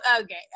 okay